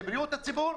לבריאות הציבור,